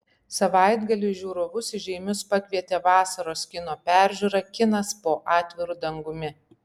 savaitgalį žiūrovus į žeimius pakvietė vasaros kino peržiūra kinas po atviru dangumi